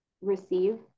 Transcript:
receive